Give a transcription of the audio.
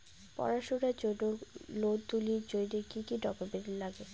পড়াশুনার জন্যে লোন তুলির জন্যে কি কি ডকুমেন্টস নাগে?